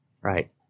right